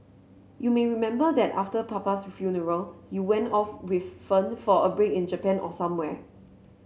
you may remember that after papa's funeral you went off with Fern for a break in Japan or somewhere